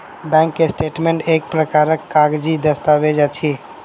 bank statement एक प्रकारक कागजी दस्तावेज अछि